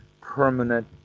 permanent